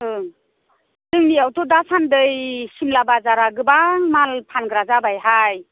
ओं जोंनियावथ' दासान्दै सिमला बाजारा गोबां माल फानग्रा जाबायहाय